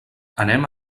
anem